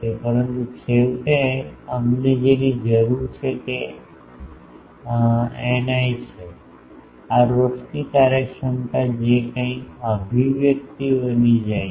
પરંતુ છેવટે અમને જેની જરૂર છે તે ηi છે આ રોશની કાર્યક્ષમતા જે આ કંઈક અભિવ્યક્તિ બની જાય છે